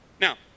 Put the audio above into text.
Now